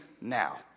now